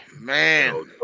Man